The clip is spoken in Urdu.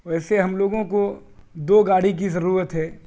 ویسے ہم لوگوں کو دو گاڑی کی ضرورت ہے